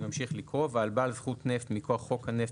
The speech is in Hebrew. אני ממשיך לקרוא: --- ועל בעל זכות נפט מכוח חוק הנפט